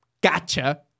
Gotcha